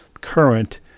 current